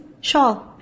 shawl